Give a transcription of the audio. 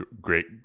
great